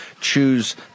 choose